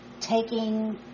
taking